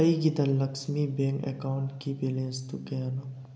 ꯑꯩꯒꯤ ꯙꯟꯂꯛꯁꯃꯤ ꯕꯦꯡ ꯑꯦꯀꯥꯎꯟꯀꯤ ꯕꯦꯂꯦꯟꯁꯇꯨ ꯀꯌꯥꯅꯣ